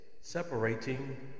Separating